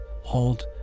Hold